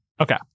Okay